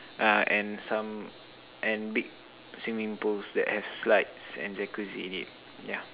uh and some and big swimming pools that have slides and Jacuzzi in it yeah